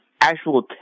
actual